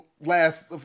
last